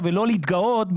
ולא להתגאות,